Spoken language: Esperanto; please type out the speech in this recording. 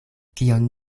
kion